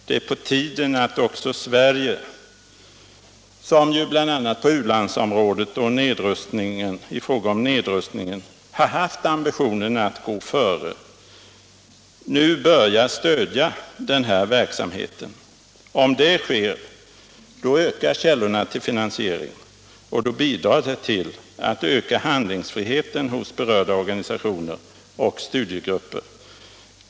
Det är på tiden att Sverige - som ju bl.a. på u-landsområdet och i fråga om nedrustningen har haft ambitioner att vara ett föregångsland — nu börjar stödja den här verksamheten. Om det sker ökar källorna till finansiering, och detta bidrar i sin tur till att öka handlingsfriheten hos berörda organisationer och studiegrupper.